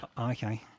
Okay